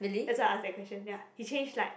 that's why I asked that question ya he changed like